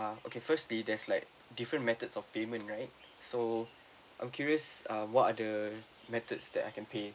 ah okay firstly there's like different methods of payment right so I'm curious um what are the methods that I can pay